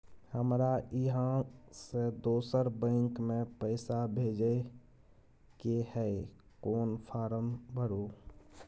हमरा इहाँ से दोसर बैंक में पैसा भेजय के है, कोन फारम भरू?